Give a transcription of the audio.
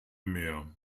mehr